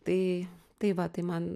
tai tai va tai man